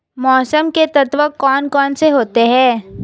मौसम के तत्व कौन कौन से होते हैं?